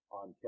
on